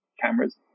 cameras